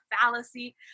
fallacy